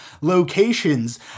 locations